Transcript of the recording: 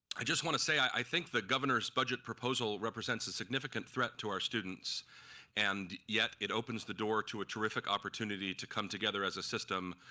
i just want to say i think the governor's budget proposal represents a significant threat to our students and yet it opens the door to a terrific opportunity opportunity to come together as a system.